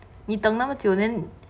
你等那么久 then